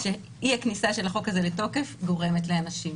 שאי הכניסה של החוק הזה לתוקף גורמת לאנשים.